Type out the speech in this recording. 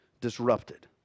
disrupted